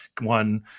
one